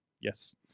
Yes